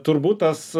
turbūt tas